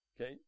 Okay